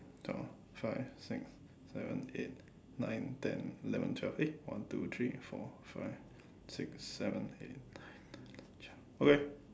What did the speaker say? four five six seven eight nine ten eleven twelve eh one two three four five six seven eight nine ten eleven twelve okay